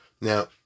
Now